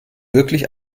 wirklich